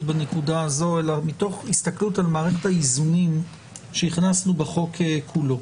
בנקודה הזו אלא מתוך הסתכלות על מערכת האיזונים שהכנסנו בחוק כולו.